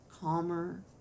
calmer